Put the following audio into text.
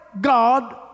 God